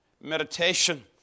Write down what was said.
meditation